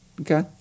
Okay